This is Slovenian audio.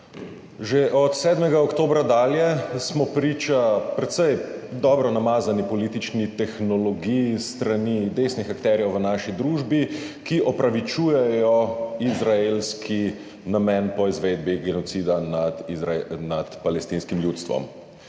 Že od 7. oktobra dalje smo priča precej dobro namazani politični tehnologiji s strani desnih akterjev v naši družbi, ki opravičujejo izraelski namen po izvedbi genocida nad palestinskim ljudstvom.